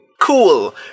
Cool